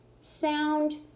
sound